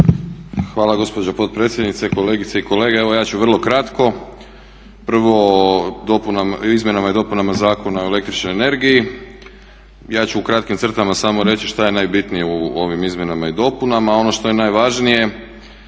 Hvala gospođo potpredsjednice. Kolegice i kolege evo ja ću vrlo kratko. Prvo o izmjenama i dopunama Zakona o električnoj energiji. Ja ću u kratkim crtama samo reći šta je najbitnije u ovim izmjenama i dopunama. Ono što je najvažnije